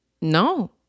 No